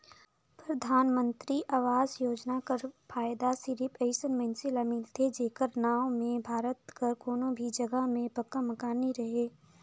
परधानमंतरी आवास योजना कर फएदा सिरिप अइसन मइनसे ल मिलथे जेकर नांव में भारत कर कोनो भी जगहा में पक्का मकान नी रहें